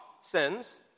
sins